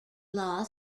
law